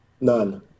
none